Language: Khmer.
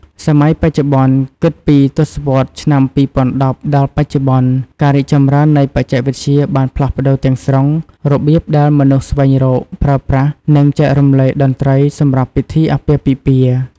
សម័យបច្ចុប្បន្ន គិតពី ទសវត្សរ៍ឆ្នាំ ២០១០ ដល់បច្ចុប្បន្ន ការរីកចម្រើននៃបច្ចេកវិទ្យាបានផ្លាស់ប្ដូរទាំងស្រុងរបៀបដែលមនុស្សស្វែងរក ប្រើប្រាស់ និងចែករំលែកតន្ត្រីសម្រាប់ពិធីអាពាហ៍ពិពាហ៍។